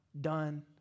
done